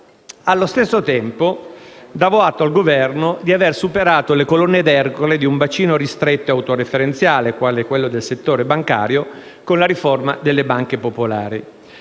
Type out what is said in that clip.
Allo stesso tempo, davo atto al Governo di aver superato le colonne d'Ercole di un bacino ristretto autoreferenziale, quale quello del settore bancario, con la riforma delle banche popolari.